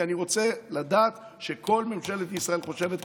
כי אני רוצה לדעת שכל ממשלת ישראל חושבת כמוני,